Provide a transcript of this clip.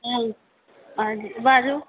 हुँ बाजु